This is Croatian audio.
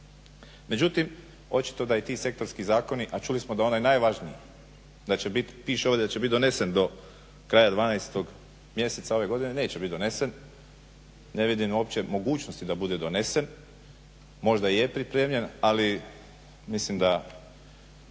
Međutim, očito da i ti sektorski zakoni, a čuli smo da onaj najvažniji, piše ovdje da će bit donesen do kraja 12 mjeseca ove godine. Neće bit donesen. Ne vidim uopće mogućnosti da bude donesen. Možda je pripremljen, ali mislim da